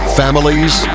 families